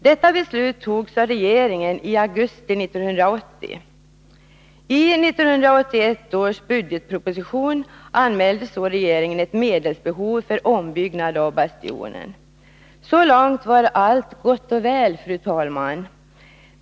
Detta beslut togs av regeringen i augusti 1980. I 1981 års budgetproposition anmälde regeringen ett medelsbehov för ombyggnad av Bastionen. Så långt var allt gott och väl, fru talman!